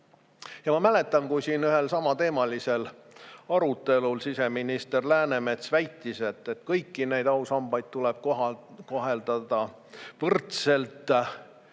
Ja ma mäletan, kui siin ühel samateemalisel arutelul siseminister Läänemets väitis, et kõiki neid ausambaid tuleb kohelda võrdselt.